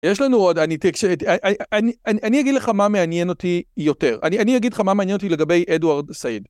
יש לנו עוד... אני אגיד לך מה מעניין אותי יותר. אני אגיד לך מה מעניין אותי לגבי אדוארד סעיד.